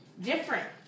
different